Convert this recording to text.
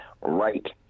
right